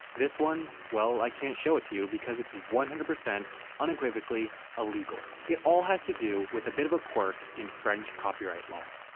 this one, well i can't show it to you because it's one hundred percent unequivocally illegal. it all has to do with a bit of a quirk in french copyright law.